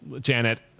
Janet